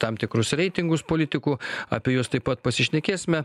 tam tikrus reitingus politikų apie juos taip pat pasišnekėsime